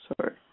Sorry